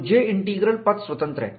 तो J integral पथ स्वतंत्र है